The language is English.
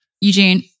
Eugene